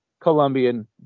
Colombian